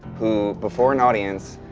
who, before an audience,